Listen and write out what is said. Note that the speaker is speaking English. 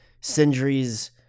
Sindri's